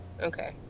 Okay